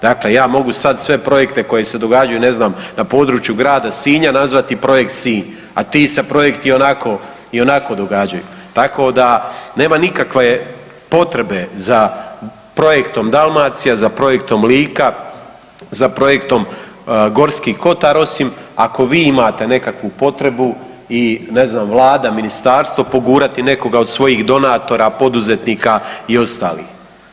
Dakle, ja mogu sad sve projekte koji se događaju, ne znam, na području grada Sinja nazvati projekt Sinj, a ti se projekti ionako događaju, tako da nema nikakve potrebe za projektom Dalmacija, za projektom Lika, za projektom Gorski kotar, osim ako vi imate neku potrebu i ne znam, Vlada, ministarstvo, pogurati nekoga od svojih donatora, poduzetnika i ostalih.